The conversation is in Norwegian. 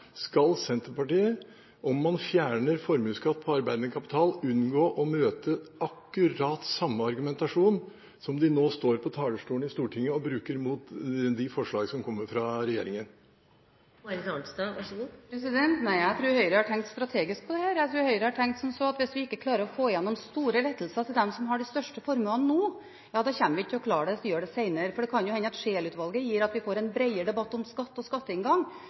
skal Senterpartiet, om man fjerner formuesskatt på arbeidende kapital, unngå å møte akkurat samme argumentasjon som den de nå står på talerstolen i Stortinget og bruker mot de forslag som kommer fra regjeringen? Nei, jeg tror Høyre har tenkt strategisk om dette. Jeg tror Høyre har tenkt som så at hvis de ikke klarer å få igjennom store lettelser til dem som har de største formuene nå, kommer de ikke til å klare å gjøre det senere, for det kan jo hende at Scheel-utvalget gjør at en får en bredere debatt om skatt og skatteinngang